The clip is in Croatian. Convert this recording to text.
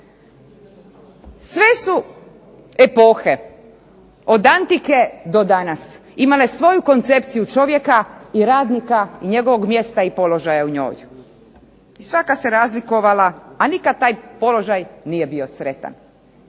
Sve su epohe od antike do danas imale svoju koncepciju čovjeka i radnika i njegovog mjesta i položaja u njoj. Svaka se razlikovala, a nikada taj položaj nije bio sretan,